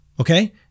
Okay